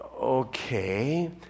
Okay